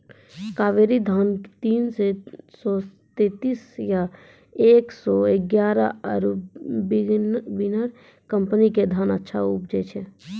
कावेरी धान तीन सौ तेंतीस या एक सौ एगारह आरु बिनर कम्पनी के धान अच्छा उपजै छै?